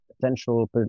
potential